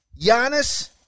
Giannis